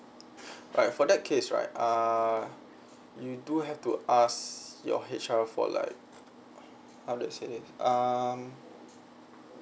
right for that case right uh you do have to ask your H_R for like um